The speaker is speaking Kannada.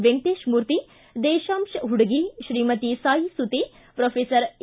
ವೆಂಕಟೇಶಮೂರ್ತಿ ದೇಶಾಂಶ ಹುಡಗಿ ಶ್ರೀಮತಿ ಸಾಯಿಸುತೆ ಪ್ರೊಫೆಸರ್ ಎ